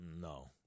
No